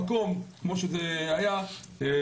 המשך לרחוב מגיעים לשער האשפות,